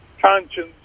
conscience